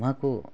उहाँको